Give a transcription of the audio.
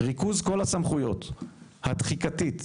ריכוז כל הסמכויות: התחיקתית,